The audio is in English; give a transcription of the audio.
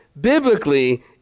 biblically